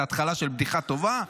זו התחלה של בדיחה טובה,